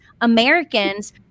Americans